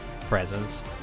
presence